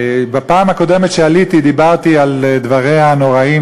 בפעם הקודמת שעליתי דיברתי על דבריה הנוראים